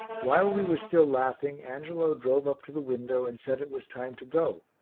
while we were still laughing, angelo drove up to the window and said it was time to go,